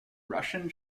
russian